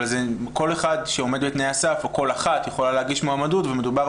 אבל כל אחת או אחד שעומד בתנאי הסף יכול להגיש מועמדות ומדובר